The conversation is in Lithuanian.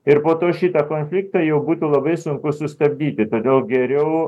ir po to šitą konfliktą jau būtų labai sunku sustabdyti todėl geriau